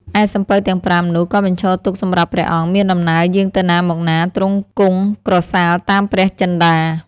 ឯសំពៅទាំង ៥ នោះ ក៏បញ្ឈរទុកសម្រាប់ព្រះអង្គមានដំណើរយាងទៅណាមកណា ទ្រង់គង់ក្រសាលតាមព្រះចិន្តា ។